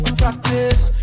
practice